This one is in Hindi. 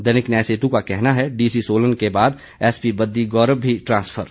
दैनिक न्याय सेतू का कहना है डीसी सोलन के बाद एसपी बद्दी गौरव भी ट्रांसफर